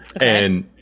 And-